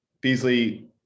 Beasley